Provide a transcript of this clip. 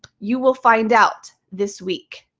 you will find out this week.